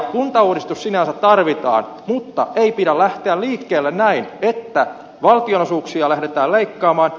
kuntauudistus sinänsä tarvitaan mutta ei pidä lähteä liikkeelle näin että valtionosuuksia lähdetään leikkaamaan